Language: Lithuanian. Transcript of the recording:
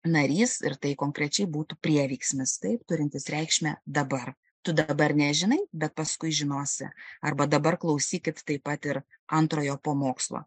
narys ir tai konkrečiai būtų prieveiksmis taip turintis reikšmę dabar tu dabar nežinai bet paskui žinosi arba dabar klausykit taip pat ir antrojo pamokslo